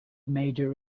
major